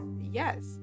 Yes